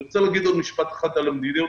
אני רוצה להגיד עוד משפט אחד על המדיניות